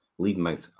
Leadmouth